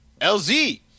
LZ